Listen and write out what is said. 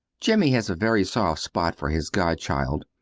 jimmy has a very soft spot for his godchild,